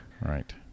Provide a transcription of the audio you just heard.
Right